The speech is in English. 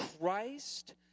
Christ